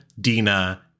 Dina